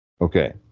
Okay